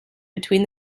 between